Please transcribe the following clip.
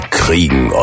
kriegen